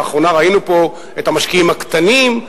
לאחרונה ראינו פה את המשקיעים הקטנים,